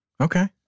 Okay